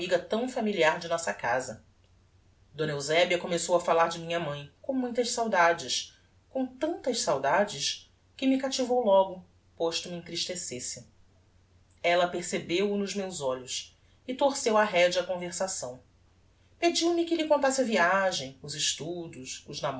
amiga tão familiar de nossa casa d eusebia começou a fallar de minha mãe com muitas saudades com tantas saudades que me captivou logo posto me entristecesse ella percebeu-o nos meus olhos e torceu a rédea á conversação pediu-me que lhe contasse a viagem os estudos os